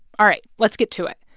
all right, let's get to it.